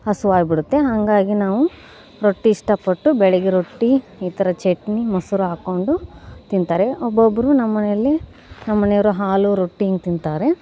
ಹಸಿವಾಗ್ಬಿಡುತ್ತೆ ಹಾಗಾಗಿ ನಾವು ರೊಟ್ಟಿ ಇಷ್ಟಪಟ್ಟು ಬೆಳಗ್ಗೆ ರೊಟ್ಟಿ ಈ ಥರ ಚಟ್ನಿ ಮೊಸರು ಹಾಕ್ಕೊಂಡು ತಿಂತಾರೆ ಒಬ್ಬೊಬ್ಬರು ನಮ್ಮನೇಲಿ ನಮ್ಮನೆಯವರು ಹಾಲು ರೊಟ್ಟಿ ಹಿಂಗೆ ತಿಂತಾರೆ